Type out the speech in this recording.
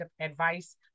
advice